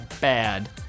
bad